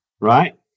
right